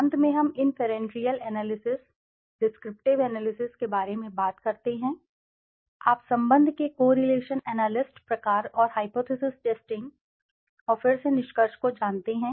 अंत में हम इन्फेरेंटिअल एनालिसिस descriptive analysisडिस्क्रिप्टिव एनालिसिस के बारे में बात करते हैं आप संबंध के correlation analystकोरिलेशन एनालिस्ट प्रकार और hypothesis testingहाइपोथिसिस टेस्टिंग और फिर से निष्कर्ष को जानते हैं